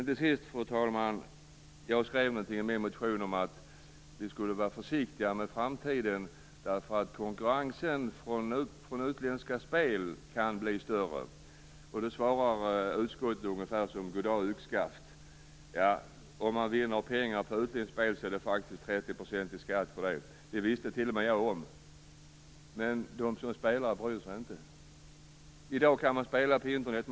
Till sist, fru talman, skrev jag något i min motion om att vi skulle vara försiktiga i framtiden eftersom konkurrensen från utländska spel kan bli större. Då svarar utskottet ungefär god dag - yxskaft. Om man vinner pengar på utländskt spel är det faktiskt 30 % i skatt på det. Det visste t.o.m. jag om. Men de som spelar bryr sig inte. I dag kan man spela på Internet.